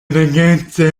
ragazza